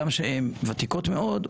הגם שהן ותיקות מאוד,